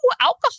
alcohol